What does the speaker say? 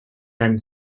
and